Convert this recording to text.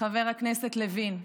חבר הכנסת לוין.